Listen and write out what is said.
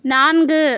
நான்கு